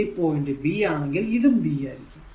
ഈ point b ആണെങ്കിൽ ഇതും b ആയിരിക്കും